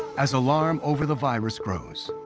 as alarm over the virus grows,